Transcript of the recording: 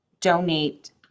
donate